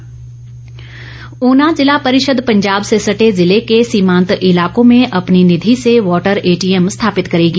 बैठक ऊना ज़िला परिषद पंजाब से सटे ज़िले के सीमांत इलाकों में अपनी निधि से वाटर एटीएम स्थापित करेगी